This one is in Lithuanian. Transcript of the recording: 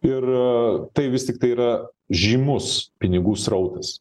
ir tai vis tiktai yra žymus pinigų srautas